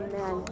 amen